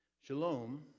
shalom